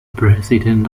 president